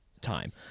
time